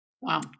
Wow